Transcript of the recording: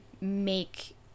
make